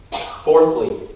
Fourthly